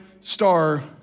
star